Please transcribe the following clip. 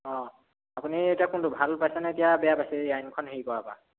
অঁ আপুনি এতিয়া কোনটো ভাল পাইছে নে এতিয়া বেয়া পাইছে এই আইনখন হেৰি কৰাৰপৰা